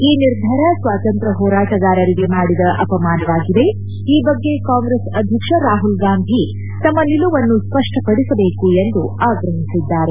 ಈ ನಿರ್ಧಾರ ಸ್ವಾತಂತ್ರ್ ಹೋರಾಟಗಾರರಿಗೆ ಮಾಡಿದ ಅಪಮಾನವಾಗಿದೆ ಈ ಬಗ್ಗೆ ಕಾಂಗ್ರೆಸ್ ಅಧ್ಯಕ್ಷ ರಾಹುಲ್ ಗಾಂಧಿ ತಮ್ಮ ನಿಲುವನ್ನು ಸ್ಪಷ್ವಪದಿಸಬೇಕು ಎಂದು ಆಗ್ರಹಿಸಿದ್ದಾರೆ